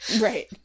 right